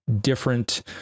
different